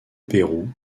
pérou